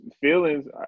feelings